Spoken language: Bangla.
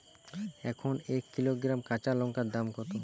এখন এক কিলোগ্রাম কাঁচা লঙ্কার দাম কত?